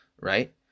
right